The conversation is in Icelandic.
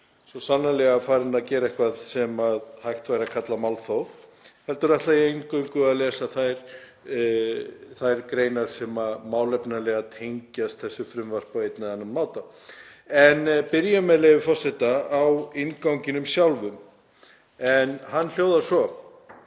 svo sannarlega farinn að gera eitthvað sem hægt væri að kalla málþóf — heldur ætla ég eingöngu að lesa þær greinar sem málefnalega tengjast þessu frumvarpi á einn eða annan máta. Ég byrja, með leyfi forseta, á innganginum sjálfum, en hann hljóðar svo: